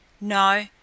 No